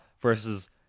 versus